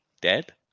dead